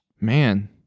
man